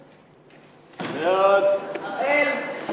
אראל,